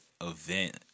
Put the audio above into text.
event